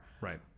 Right